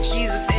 Jesus